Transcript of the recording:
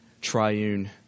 triune